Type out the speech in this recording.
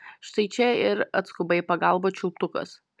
štai čia ir atskuba į pagalbą čiulptukas